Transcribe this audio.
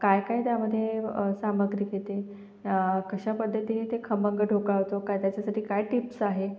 काय काय त्यामध्ये सामग्री घेते कशा पद्धतीनी ते खमंग ढोकळा होतो काय त्याच्यासाठी काय टिप्स आहे